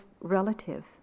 relative